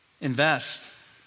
invest